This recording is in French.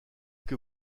que